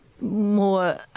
More